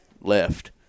left